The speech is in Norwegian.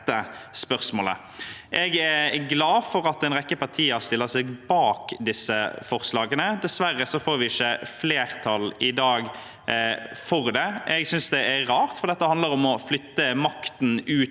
Jeg er glad for at en rekke partier stiller seg bak disse forslagene. Dessverre får vi ikke flertall for det i dag. Jeg synes det er rart, for dette handler om å flytte makten ut